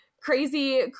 crazy